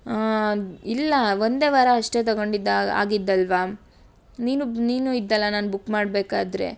ಆಂ ಇಲ್ಲ ಒಂದೇ ವಾರ ಅಷ್ಟೇ ತಗೊಂಡಿದ್ದು ಆಗಿದ್ದಲ್ಲವಾ ನೀನು ನೀನು ಇದ್ದಲ್ಲ ನಾನು ಬುಕ್ ಮಾಡಬೇಕಾದ್ರೆ